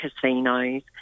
casinos